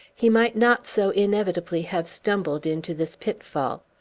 he might not so inevitably have stumbled into this pitfall.